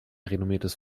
renommiertes